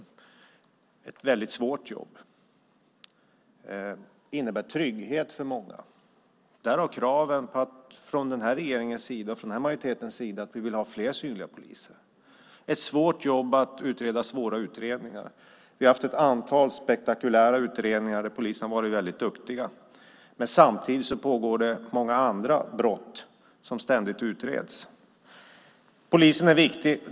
Det är ett väldigt svårt jobb. Det innebär trygghet för många, därav kraven från den här regeringens och den här majoritetens sida på fler synliga poliser. Det är ett svårt jobb att göra svåra utredningar. Vi har haft ett antal spektakulära utredningar där poliserna har varit väldigt duktiga, men samtidigt begås det många andra brott som ständigt utreds. Polisen är viktig.